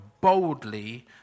boldly